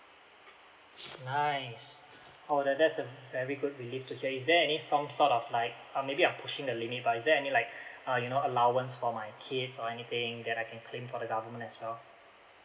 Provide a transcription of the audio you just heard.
nice oh there that's a very good relief to hear is there any some sort of like or maybe I'm pushing the limit but is there any like uh you know allowance for my kids or anything that I can claim from the government as well